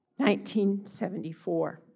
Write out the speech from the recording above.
1974